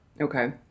Okay